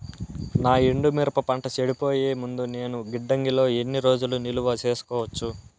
నా ఎండు మిరప పంట చెడిపోయే ముందు నేను గిడ్డంగి లో ఎన్ని రోజులు నిలువ సేసుకోవచ్చు?